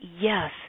Yes